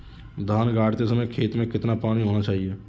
धान गाड़ते समय खेत में कितना पानी होना चाहिए?